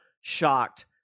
shocked